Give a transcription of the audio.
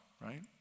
right